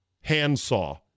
handsaw